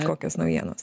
kokios naujienos